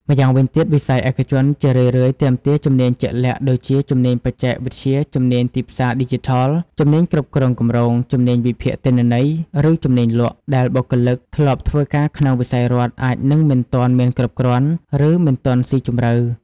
ម៉្យាងវិញទៀត វិស័យឯកជនជារឿយៗទាមទារជំនាញជាក់លាក់ ដូចជាជំនាញបច្ចេកវិទ្យាជំនាញទីផ្សារឌីជីថល ជំនាញគ្រប់គ្រងគម្រោង ជំនាញវិភាគទិន្នន័យឬជំនាញលក់ ដែលបុគ្គលិកធ្លាប់ធ្វើការក្នុងវិស័យរដ្ឋអាចនឹងមិនទាន់មានគ្រប់គ្រាន់ ឬមិនទាន់ស៊ីជម្រៅ។